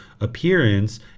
appearance